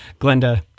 Glenda